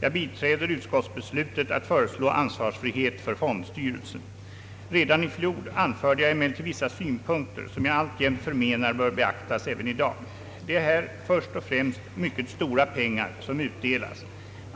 Jag biträder utskottsbeslutet att föreslå ansvarsfrihet för fondstyrelsen. Redan i fjol anförde jag emellertid vissa synpunkter som jag alltjämt förmenar bör beaktas. Det är här först och främst mycket stora pengar som utdelas.